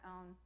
own